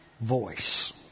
voice